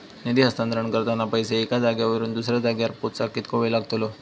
निधी हस्तांतरण करताना पैसे एक्या जाग्यावरून दुसऱ्या जाग्यार पोचाक कितको वेळ लागतलो?